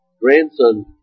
grandson